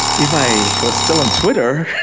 if i were still on twitter